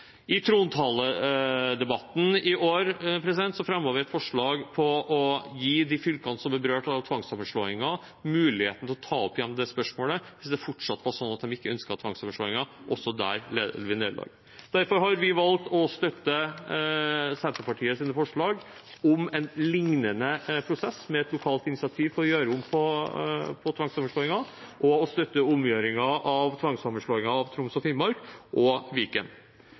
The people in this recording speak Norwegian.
I trontaledebatten i år fremmet vi et forslag om å gi de fylkene som er berørt av tvangssammenslåinger, muligheten til å ta opp igjen det spørsmålet hvis det fortsatt var sånn at de ikke ønsket tvangssammenslåingen. Også der led vi nederlag. Derfor har vi valgt å støtte Senterpartiets forslag om en liknende prosess med et lokalt initiativ for å gjøre om tvangssammenslåinger, og å støtte omgjøringen av tvangssammenslåingen av Troms og Finnmark og omgjøringen av Viken.